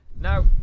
Now